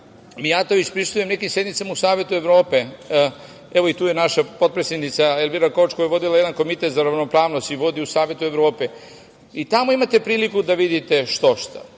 prisustvujem nekim sednicama u Savetu Evrope. Evo i tu je naša potpredsednica Elvira Kovač, koja je vodila jedan Komitet za ravnopravnost i vodi u Savetu Evrope, i tamo imate priliku da vidite što šta.